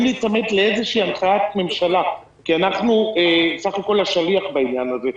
להיצמד לאיזו הנחיית ממשלה כי אנחנו בסך הכול השליח בעניין הזה.